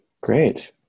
Great